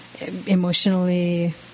emotionally